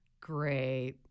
great